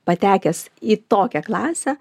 patekęs į tokią klasę